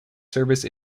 service